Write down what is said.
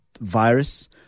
virus